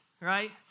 right